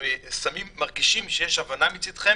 מרגישים שיש הבנה מצידכם